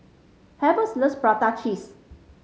Hervey's loves prata cheese